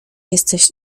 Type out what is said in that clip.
jesteś